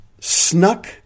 snuck